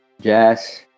jazz